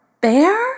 bear